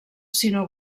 sinó